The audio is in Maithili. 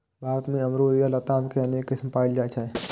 भारत मे अमरूद या लताम के अनेक किस्म पाएल जाइ छै